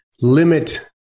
limit